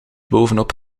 bovenop